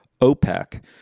OPEC